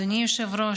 אדוני היושב-ראש,